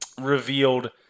revealed